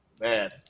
Man